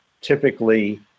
typically